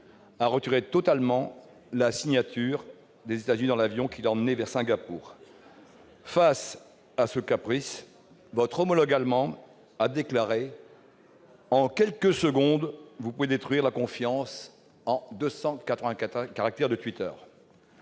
a retiré entièrement la signature des États-Unis, dans l'avion qui l'emmenait vers Singapour. Face à ce caprice, votre homologue allemand a déclaré :« En quelques secondes, vous pouvez détruire la confiance en 280 caractères sur Twitter.